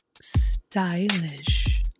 Stylish